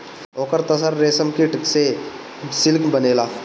ओकर तसर रेशमकीट से सिल्क बनेला